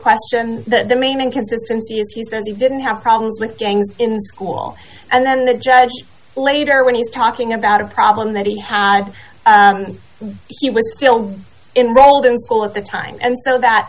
question the main inconsistency is he said he didn't have problems with gangs in school and then the judge later when he's talking about a problem that he had and he was still involved in school at the time and so that